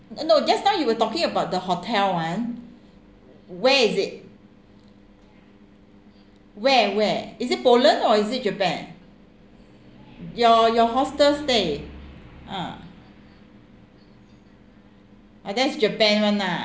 uh no just now you were talking about the hotel one where is it where where is it poland or is it japan your your hostel stay ah uh that's japan one ah